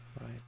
right